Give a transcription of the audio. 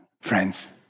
friends